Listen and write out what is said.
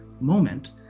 moment